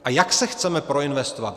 A jak se chceme proinvestovat?